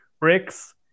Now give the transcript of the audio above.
bricks